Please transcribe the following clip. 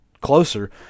closer